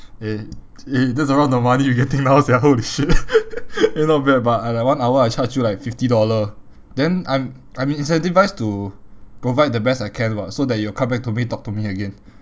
eh eh that's around the money we getting now sia holy shit eh not bad but I like one hour I charge you like fifty dollar then I'm I'm incentivised to provide the best I can [what] so that you will come back to me talk to me again